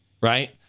right